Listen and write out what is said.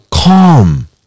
Calm